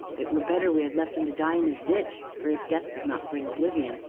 it were better we had left him to die in his ditch, for if death does not bring oblivion,